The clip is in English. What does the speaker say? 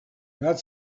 that